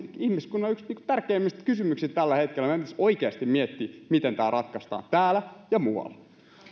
ihmiskunnan yksi tärkeimmistä kysymyksistä tällä hetkellä meidän pitäisi oikeasti miettiä miten tämä ratkaistaan täällä ja muualla